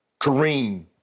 Kareem